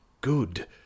good